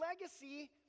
legacy